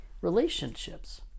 relationships